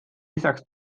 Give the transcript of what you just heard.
lisaks